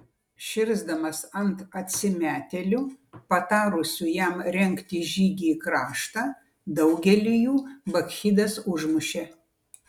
širsdamas ant atsimetėlių patarusių jam rengti žygį į kraštą daugelį jų bakchidas užmušė